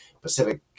Pacific